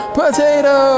potato